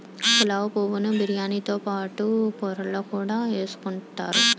పులావు పువ్వు ను బిర్యానీతో పాటు కూరల్లో కూడా ఎసుకుంతారు